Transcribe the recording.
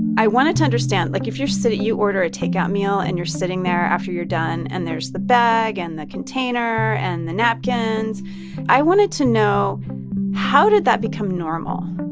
i wanted to understand. like, if you're sitting you order a takeout meal, and you're sitting there after you're done, and there's the bag and the container and the napkins i wanted to know how did that become normal?